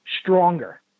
stronger